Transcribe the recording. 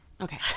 Okay